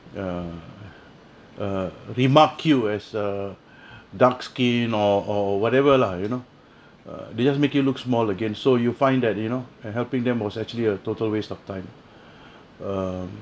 err err remark you as a dark skin or or whatever lah you know err they just make you look small again so you find that you know helping them was actually a total waste of time um